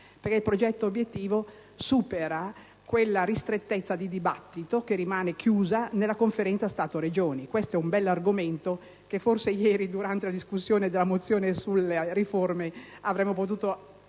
LEA. Il progetto obiettivo supera quella ristrettezza di dibattito che rimane chiusa nella Conferenza Stato‑Regioni. Questo è un argomento che forse ieri, durante la discussione delle mozioni sulle riforme, avremmo potuto